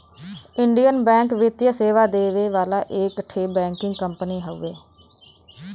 Indian bank वित्तीय सेवा देवे वाला एक ठे बैंकिंग कंपनी हउवे